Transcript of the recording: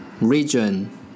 region